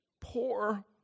poor